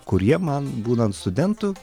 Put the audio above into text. kurie man būnant studentu